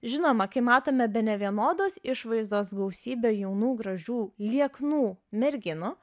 žinoma kai matome bene vienodos išvaizdos gausybę jaunų gražių lieknų merginų